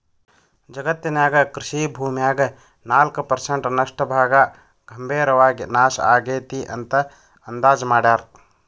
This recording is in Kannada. ಜಗತ್ತಿನ್ಯಾಗ ಕೃಷಿ ಭೂಮ್ಯಾಗ ನಾಲ್ಕ್ ಪರ್ಸೆಂಟ್ ನಷ್ಟ ಭಾಗ ಗಂಭೇರವಾಗಿ ನಾಶ ಆಗೇತಿ ಅಂತ ಅಂದಾಜ್ ಮಾಡ್ಯಾರ